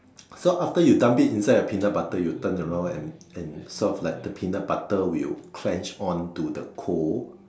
so after you dump it inside a peanut butter you turn around and and serve like the peanut butter will clench onto the coal